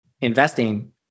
investing